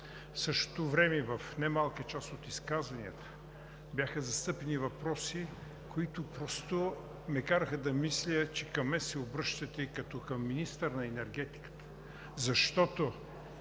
В същото време в не малка част от изказванията бяха застъпени въпроси, които просто ме караха да мисля, че към мен се обръщате като към министър на енергетиката,